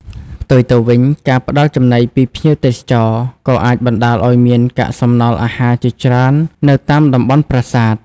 ផ្ទុយទៅវិញ ការផ្តល់ចំណីពីភ្ញៀវទេសចរ ក៏អាចបណ្ដាលឱ្យមានកាកសំណល់អាហារជាច្រើននៅតាមតំបន់ប្រាសាទ។